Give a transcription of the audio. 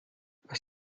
was